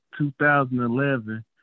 2011